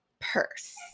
purse